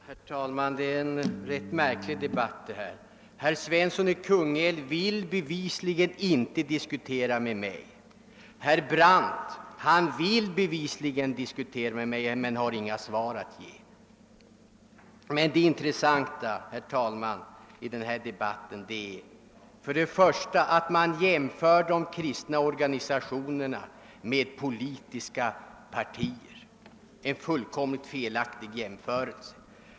Herr talman! Detta är en rätt märklig debatt. Herr Svensson i Kungälv vill bevisligen inte diskutera med mig. Herr Brandt vill bevisligen diskutera med mig men har inte några svar att ge. Det intressanta, herr talman, är dock för det första att man jämför de kristna organisationerna med politiska partier, en fullkomligt felaktig jämförelse.